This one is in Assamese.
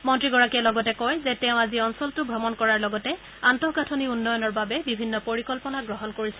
মন্ত্ৰী গৰাকীয়ে লগতে কয় যে তেওঁ আজি অঞ্চলটো ভ্ৰমন কৰাৰ লগতে আন্তঃগাঠনি উন্নয়ণৰ বাবে বিভিন্ন পৰিকল্পনা গ্ৰহণ কৰিছে